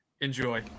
Enjoy